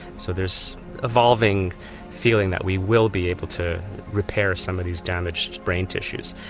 so there's evolving feeling that we will be able to repair some of these damaged brain tissues.